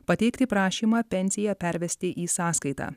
pateikti prašymą pensiją pervesti į sąskaitą